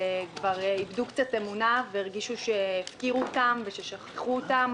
שכבר איבדו קצת אמונה והרגישו שהפקירו אותם וששכחו אותם,